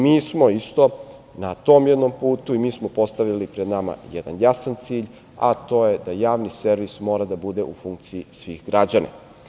Mi smo isto na tom jednom putu i mi smo postavili pred nama jedan jasan cilj, a to je da javni servis mora da bude u funkciji svih građana.